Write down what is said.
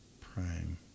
Prime